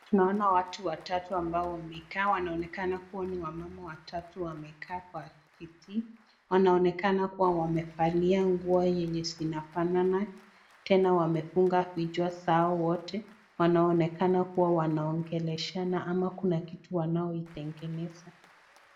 Tunaona watu watatu ambao wamekaa wanaonekana kua ni wamama watatu wamekaa kwa kiti. Wanaonekana kua wamevalia nguo yenye zinafanana tena wamefunga vichwa zao wote, wanaonekana kuwa wanaongeleshana ama kuna kitu wanaoitengeneza.